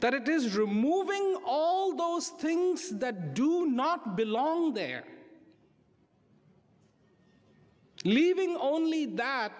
that it is removing all those things that do not belong there leaving only that